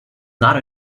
not